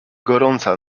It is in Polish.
gorąca